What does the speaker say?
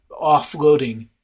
offloading